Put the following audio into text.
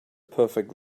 perfect